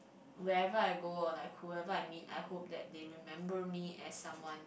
wherever I go or like whoever I meet I hope that they remember me as someone